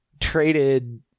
traded